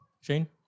Shane